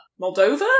Moldova